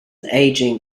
aging